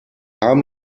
haben